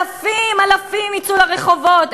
אלפים, אלפים יצאו לרחובות.